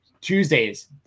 Tuesdays